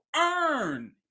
earn